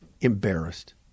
embarrassed